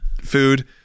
food